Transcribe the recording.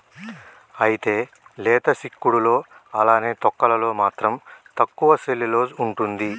అయితే లేత సిక్కుడులో అలానే తొక్కలలో మాత్రం తక్కువ సెల్యులోస్ ఉంటుంది